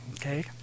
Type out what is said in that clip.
Okay